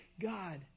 God